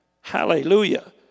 Hallelujah